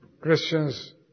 Christians